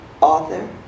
author